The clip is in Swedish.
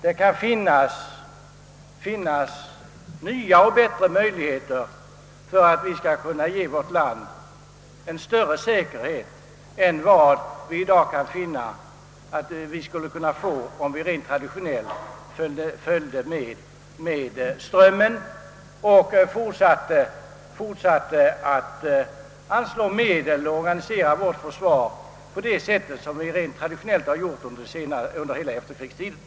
Det kan finnas nya och bättre möjligheter att ge vårt land den säkerhet vi önskar än att bara följa med strömmen och anslå medel till och organisera vårt försvar på det sätt som vi traditionellt har gjort under hela efterkrigstiden.